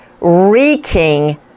reeking